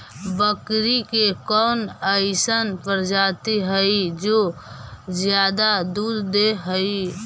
बकरी के कौन अइसन प्रजाति हई जो ज्यादा दूध दे हई?